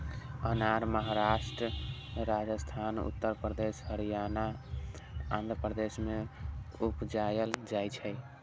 अनार महाराष्ट्र, राजस्थान, उत्तर प्रदेश, हरियाणा, आंध्र प्रदेश मे उपजाएल जाइ छै